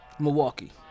Milwaukee